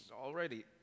already